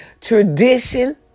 tradition